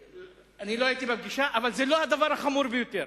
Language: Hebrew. לא הייתי בפגישה, אבל זה לא הדבר החמור ביותר.